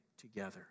together